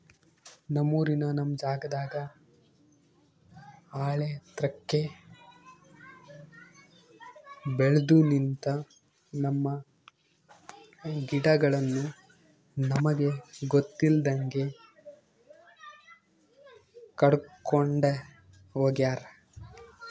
ನಮ್ಮೂರಿನ ನಮ್ ಜಾಗದಾಗ ಆಳೆತ್ರಕ್ಕೆ ಬೆಲ್ದು ನಿಂತ, ನಮ್ಮ ಗಿಡಗಳನ್ನು ನಮಗೆ ಗೊತ್ತಿಲ್ದಂಗೆ ಕಡ್ಕೊಂಡ್ ಹೋಗ್ಯಾರ